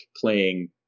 playing